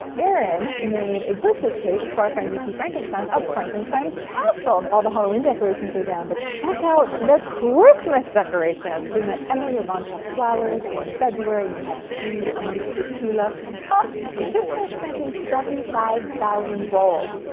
erinn made a birthday cake for our friend niki frankenstein of frankenstein castle. all the halloween decorations are down but check out the christmas decorations! so we met emily of von trapp flowers in february and we had tea amongst the tulips, ahhh. we just finished planting seventy five thousand bulbs,